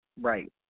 right